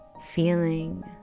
feeling